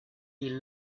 you